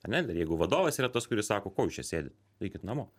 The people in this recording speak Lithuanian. ar ne jeigu vadovas yra tas kuris sako ko jūs čia sėdit eikit namo